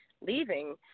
leaving